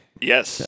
Yes